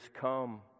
come